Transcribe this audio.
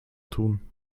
tun